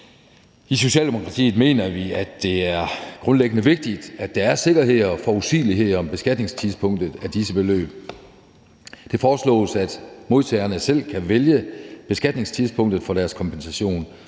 I Socialdemokratiet mener vi, at det er grundlæggende vigtigt, at der er sikkerhed og forudsigelighed om beskatningstidspunktet af disse beløb. Det foreslås, at modtagerne selv kan vælge beskatningstidspunktet for deres kompensation,